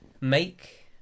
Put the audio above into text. Make